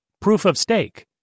proof-of-stake